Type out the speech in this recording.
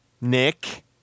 Nick